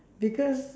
because